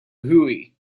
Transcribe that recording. hooey